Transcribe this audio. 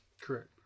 Correct